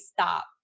stop